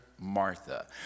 Martha